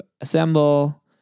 assemble